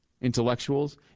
intellectuals